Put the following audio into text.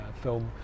film